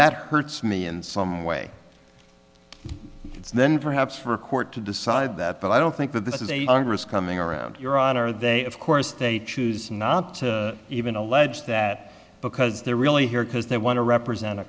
that hurts me in some way it's then perhaps for a court to decide that but i don't think that this is a congress coming around your honor they of course they choose not to even allege that because they're really here because they want to represent a